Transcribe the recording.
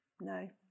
No